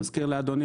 אני מזכיר לאדוני